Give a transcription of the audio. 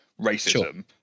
racism